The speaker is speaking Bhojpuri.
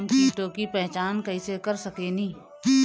हम कीटों की पहचान कईसे कर सकेनी?